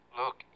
Look